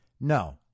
no